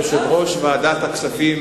יושב-ראש ועדת הכספים,